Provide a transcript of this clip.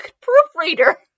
proofreader